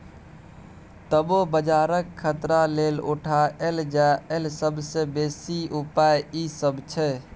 तबो बजारक खतरा लेल उठायल जाईल सबसे बेसी उपाय ई सब छै